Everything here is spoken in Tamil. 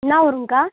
என்னா ஊருங்கக்கா